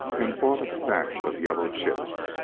and bought a stack of yellow chips.